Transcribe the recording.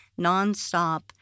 nonstop